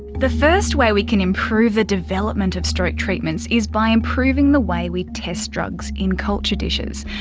the first way we can improve the development of stroke treatments is by improving the way we test drugs in culture dishes.